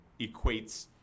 equates